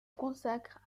consacre